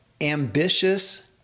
Ambitious